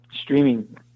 streaming